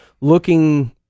looking